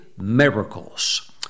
miracles